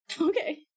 Okay